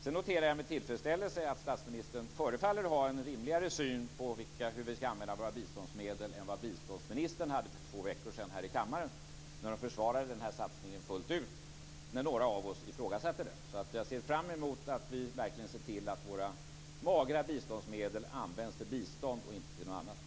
Sedan noterade jag med tillfredsställelse att statsministern förefaller ha en rimligare syn på hur vi ska använda våra biståndsmedel än vad biståndsministern hade för två veckor sedan här i kammaren. Hon försvarade den här satsningen fullt ut när några av oss ifrågasatte den. Jag ser fram emot att vi verkligen ser till att våra magra biståndsmedel används till bistånd och inte till någonting annat.